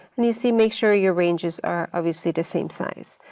and you see, make sure your ranges are obviously the same size.